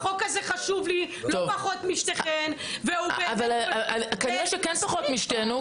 החוק הזה חשוב לי לא פחות משתיכן --- אבל כנראה שכן פחות משתינו,